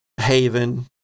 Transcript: Haven